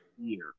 year